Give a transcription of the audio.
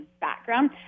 background